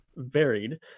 varied